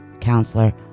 counselor